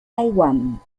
taiwán